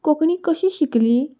कोंकणी कशी शिकली